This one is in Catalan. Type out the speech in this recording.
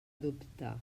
dubtar